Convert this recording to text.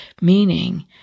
Meaning